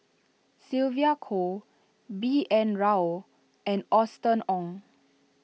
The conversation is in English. Sylvia Kho B N Rao and Austen Ong